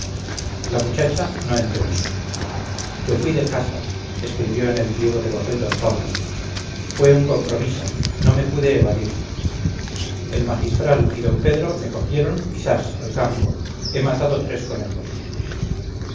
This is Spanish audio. la muchacha no entendía que fui de caza escribió en el pliego de papel d pablo fue un compromiso no me pude evadir el magistral y d pedro me cogieron y zas al campo he matado tres conejos